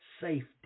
safety